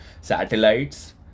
satellites